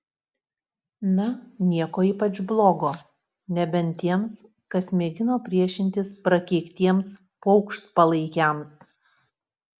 na nieko ypač blogo nebent tiems kas mėgino priešintis prakeiktiems paukštpalaikiams